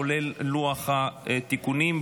כולל לוח התיקונים,